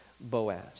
Boaz